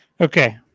Okay